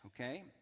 okay